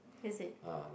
is it